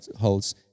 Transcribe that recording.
holds